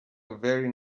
very